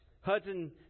Hudson